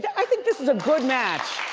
yeah i think this is a good match.